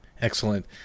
excellent